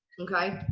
okay?